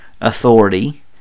authority